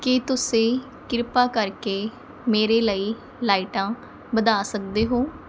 ਕੀ ਤੁਸੀਂ ਕਿਰਪਾ ਕਰਕੇ ਮੇਰੇ ਲਈ ਲਾਈਟਾਂ ਵਧਾ ਸਕਦੇ ਹੋ